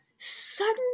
sudden